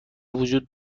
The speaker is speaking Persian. وجود